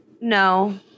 No